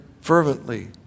fervently